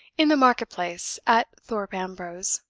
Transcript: in the market-place at thorpe ambrose.